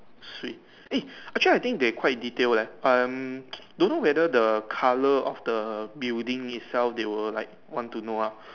swee eh actually I think they quite detail leh um don't know whether the color of the building itself they were like one to know ah